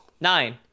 Nine